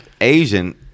Asian